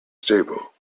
stable